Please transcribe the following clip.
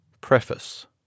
Preface